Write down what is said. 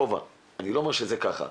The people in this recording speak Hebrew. אני לא אומר שזה כך,